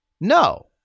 No